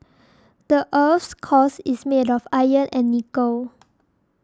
the earth's cores is made of iron and nickel